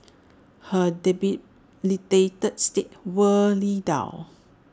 her debilitated state wore lee down